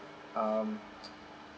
um